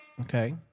Okay